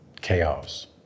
chaos